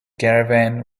caravan